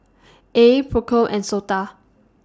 AYE PROCOM and Sota